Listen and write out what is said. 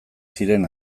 ziren